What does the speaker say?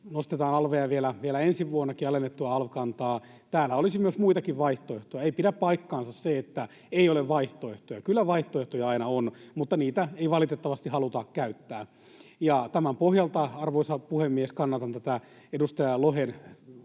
nostetaan alveja vielä ensi vuonnakin, alennettua alv-kantaa. Täällä olisi myös muita vaihtoehtoja. Ei pidä paikkaansa se, että ei ole vaihtoehtoja. Kyllä vaihtoehtoja aina on, mutta niitä ei valitettavasti haluta käyttää. Tämän pohjalta, arvoisa puhemies, kannatan edustaja Lohen